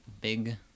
big